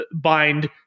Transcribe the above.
bind